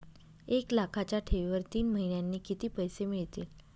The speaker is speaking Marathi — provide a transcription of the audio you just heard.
एक लाखाच्या ठेवीवर तीन महिन्यांनी किती पैसे मिळतील?